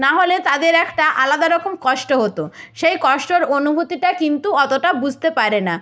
নাহলে তাদের একটা আলাদা রকম কষ্ট হতো সেই কষ্টর অনুভূতিটা কিন্তু অতোটা বুঝতে পারে না